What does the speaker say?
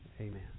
Amen